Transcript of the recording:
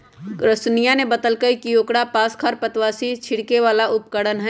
रोशिनीया ने बतल कई कि ओकरा पास खरपतवारनाशी छिड़के ला उपकरण हई